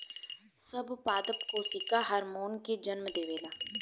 सब पादप कोशिका हार्मोन के जन्म देवेला